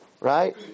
right